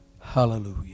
hallelujah